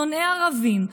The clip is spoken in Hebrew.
שונאי ערבים,